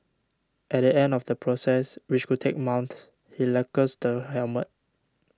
at the end of the process which could take months he lacquers the helmet